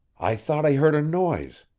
i thought i heard a noise,